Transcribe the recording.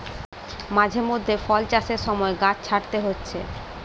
মাঝে মধ্যে ফল চাষের সময় গাছ ছাঁটতে হচ্ছে